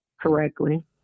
correctly